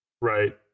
right